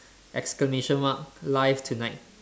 exclamation mark live tonight